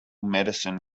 medicine